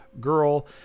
girl